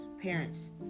parents